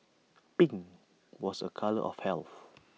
pink was A colour of health